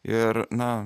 ir na